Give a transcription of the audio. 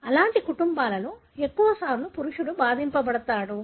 అలాంటి కుటుంబాలలో ఎక్కువ సార్లు పురుషుడు బాధింపబడతాడు